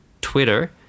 twitter